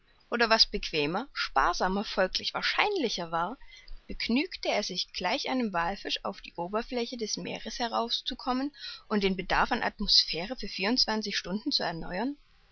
oder was bequemer sparsamer folglich wahrscheinlicher war begnügte er sich gleich einem wallfisch auf die oberfläche des meeres herauszukommen und den bedarf an atmosphäre für vierundzwanzig stunden zu erneuern